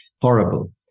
horrible